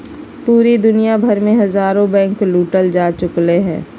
पूरे दुनिया भर मे हजारो बैंके लूटल जा चुकलय हें